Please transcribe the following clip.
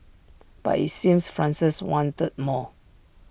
but IT seems Francis wanted more